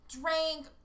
drank